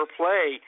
play